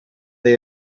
they